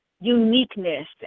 uniqueness